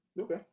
Okay